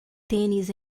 tênis